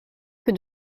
que